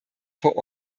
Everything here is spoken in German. vor